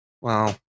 wow